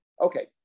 okay